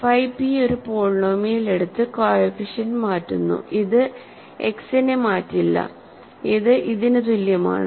phi p ഒരു polynomial എടുത്ത് coefficient മാറ്റുന്നു ഇത് എക്സ്നെ മാറ്റില്ല ഇത് ഇതിന് തുല്യമാണ്